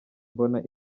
mbona